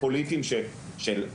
פוליטיים של,